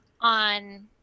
on